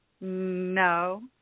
no